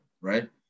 right